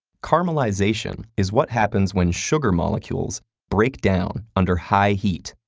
caramelization is what happens when sugar molecules break down under high heat,